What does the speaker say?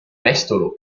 mestolo